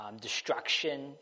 destruction